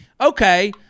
okay